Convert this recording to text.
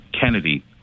Kennedy